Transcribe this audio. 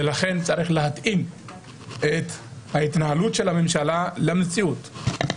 ולכן צריך להתאים את ההתנהלות של הממשלה למציאות.